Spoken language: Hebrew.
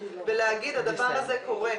ולהגיד: הדבר הזה קורה.